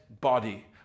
body